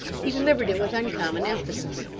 he delivered it with uncommon emphasis.